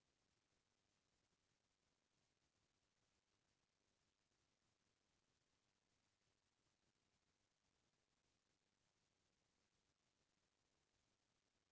bank म लेन देन के करब म बरोबर बने ढंग के सोझ दस्खत करे ले बोलथे तब जाके काम ह होथे